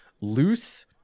Loose